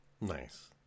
Nice